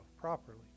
properly